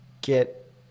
get